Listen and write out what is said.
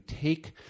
take